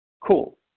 Cool